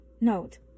Note